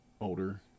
older